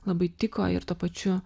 labai tiko ir tuo pačiu